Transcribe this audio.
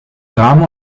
drama